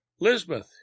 Lisbeth